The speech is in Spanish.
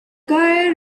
cae